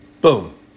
Boom